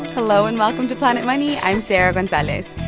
hello, and welcome to planet money. i'm sarah gonzalez.